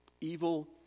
Evil